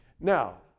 Now